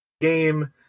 game